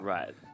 Right